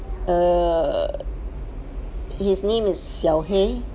err his name is xiao hei